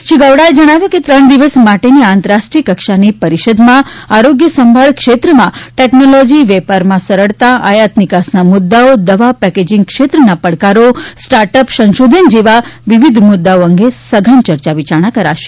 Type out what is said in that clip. શ્રી ગૌડાએ જણાવ્યું હતું કે ત્રણ દિવસ માટેની આ આંતરરાષ્ટ્રીય કક્ષાની પરિષદમાં આરોગ્ય સંભાળ ક્ષેત્રમાં ટેકનોલોજી વેપારમાં સરળતા આયાત નિકાસના મુદ્દાઓ દવા પેકેજિંગ ક્ષેત્રના પડકારો સ્ટાર્ટઅપ સંશોધન જેવા વિવિધ મુદ્દાઓ અંગે સઘન ચર્ચા વિચારણા કરાશે